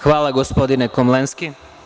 Hvala, gospodine Komlenski.